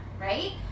right